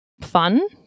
fun